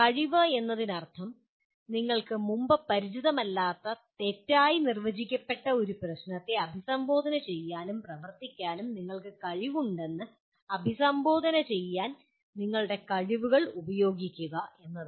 കഴിവ് എന്നതിനർത്ഥം നിങ്ങൾക്ക് മുമ്പ് പരിചിതമല്ലാത്ത തെറ്റായി നിർവചിക്കപ്പെട്ട ഒരു പ്രശ്നത്തെ അഭിസംബോധന ചെയ്യാനും പ്രവർത്തിക്കാനും നിങ്ങൾക്ക് കഴിവുണ്ടെന്ന് അഭിസംബോധന ചെയ്യാൻ നിങ്ങളുടെ കഴിവുകൾ ഉപയോഗിക്കുക എന്നതാണ്